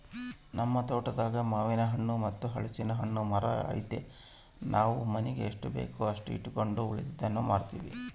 ನಮ್ ತೋಟದಾಗೇ ಮಾನೆಣ್ಣು ಮತ್ತೆ ಹಲಿಸ್ನೆಣ್ಣುನ್ ಮರ ಐತೆ ನಾವು ಮನೀಗ್ ಬೇಕಾದಷ್ಟು ಇಟಗಂಡು ಉಳಿಕೇದ್ದು ಮಾರ್ತೀವಿ